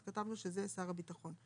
אז כתבנו שזה שר הביטחון.